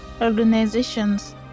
organizations